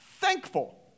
thankful